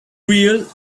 real